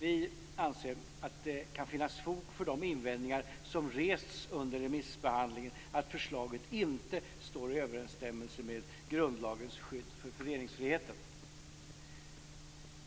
Vi anser att det kan finnas fog för de invädningar som rests under remissbehandlingen om att förslaget inte står i överensstämmelse med grundlagens skydd för föreningsfriheten.